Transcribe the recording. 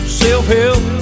self-help